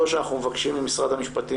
3. אנחנו מבקשים ממשרד המשפטים,